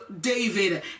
David